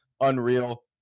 unreal